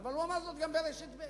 אבל הוא אמר זאת גם ברשת ב'